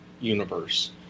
universe